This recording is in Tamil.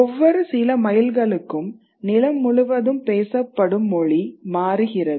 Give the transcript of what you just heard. ஒவ்வொரு சில மைல்களுக்கும் நிலம் முழுவதும் பேசப்படும் மொழி மாறுகிறது